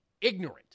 ignorant